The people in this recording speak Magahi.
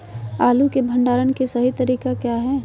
आलू के भंडारण के सही तरीका क्या है?